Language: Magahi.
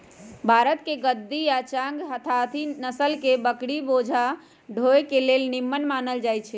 भारतके गद्दी आ चांगथागी नसल के बकरि बोझा ढोय लेल निम्मन मानल जाईछइ